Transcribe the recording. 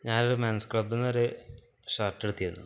ഞാനൊരു മെൻസ് ക്ലബിൽന്ന് ഒരു ഷർട്ട് എടുത്തിരുന്നു